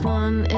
one